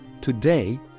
today